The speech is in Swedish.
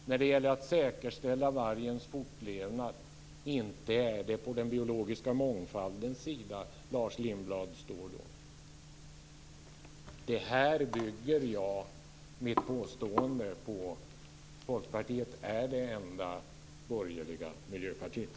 När det gäller att säkerställa vargens fortlevnad? Inte är det på den biologiska mångfaldens sida Lars Lindblad står då. På det bygger jag mitt påstående att Folkpartiet är det enda borgerliga miljöpartiet.